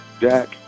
Jack